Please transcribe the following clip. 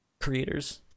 creators